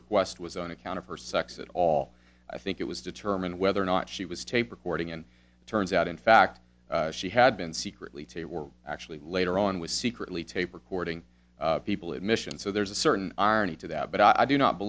request was on account of her sex at all i think it was determined whether or not she was tape recording and it turns out in fact she had been secretly taped were actually later on was secretly tape recording people admission so there's a certain irony to that but i do not